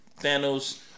Thanos